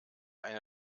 eine